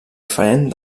diferent